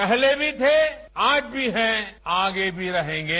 पहले भी थे आज भी हैं आगे भी रहेंगे